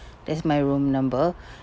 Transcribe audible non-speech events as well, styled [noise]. that's my room number [breath]